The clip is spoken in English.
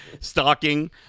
stalking